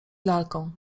lalką